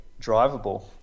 drivable